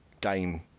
game